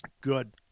good